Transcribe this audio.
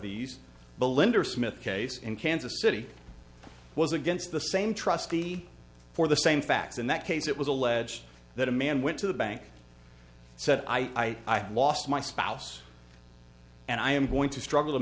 these belinda smith case in kansas city was against the same trustee for the same facts in that case it was alleged that a man went to the bank said i lost my spouse and i am going to struggle to